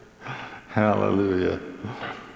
Hallelujah